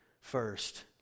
first